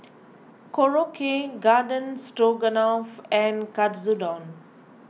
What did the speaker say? Korokke Garden Stroganoff and Katsudon